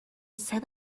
set